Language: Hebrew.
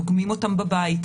דוגמים אותם בבית,